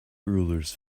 rulers